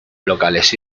locales